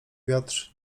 wiatr